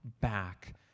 back